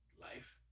Life